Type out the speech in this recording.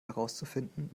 herauszufinden